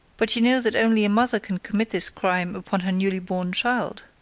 but you know that only a mother can commit this crime upon her newly born child?